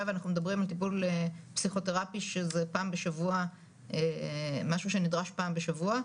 ואנחנו מדברים על טיפול פסיכותרפי שזה משהו שנדרש פעם בשבוע,